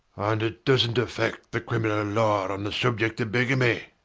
and it doesnt affect the criminal law on the subject of bigamy.